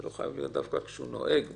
זה לא חייב להיות דווקא כשהוא נוהג.